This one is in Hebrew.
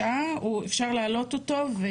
אפשר להעלות אותו בזום בבקשה,